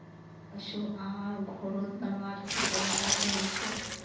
पशु आहार घोरोत बनवार की तरीका सही छे?